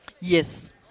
Yes